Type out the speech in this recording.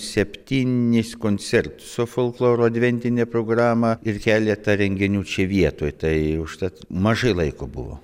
septynis koncertus su folkloro adventine programa ir keletą renginių čia vietoj tai užtat mažai laiko buvo